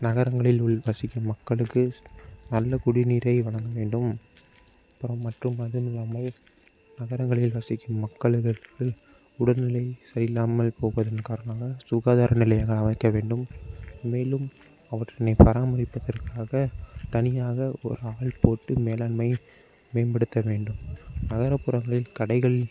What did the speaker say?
நகரங்களில் வசிக்கும் மக்களுக்கு நல்ல குடிநீரை வழங்க வேண்டும் அப்புறம் மற்றும் அதுவும் இல்லாமல் நகரங்களில் வசிக்கும் மக்கள்களுக்கு உடல்நிலை சரியில்லாமல் போவதன் காரணமாக சுகாதார நிலையங்கள் அமைக்க வேண்டும் மேலும் அவற்றினை பராமரிப்பதற்காக தனியாக ஒரு ஆள் போட்டு மேலாண்மை மேம்படுத்த வேண்டும் நகர்ப்புறங்களில் கடைகள்